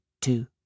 two